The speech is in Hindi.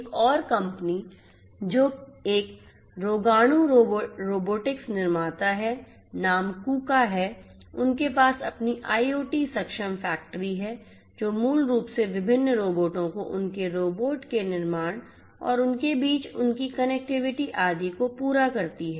एक और कंपनी जो एक रोगाणु रोबोटिक्स निर्माता है नाम कूका है उनके पास अपनी IoT सक्षम फैक्ट्री है जो मूल रूप से विभिन्न रोबोटों को उनके रोबोट के निर्माण और उनके बीच उनकी कनेक्टिविटी आदि को पूरा करती है